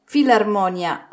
Filarmonia